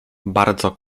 bardzo